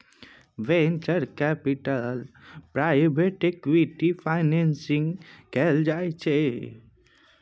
venture capital private equity financing कएल जाइ छै